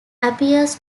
appears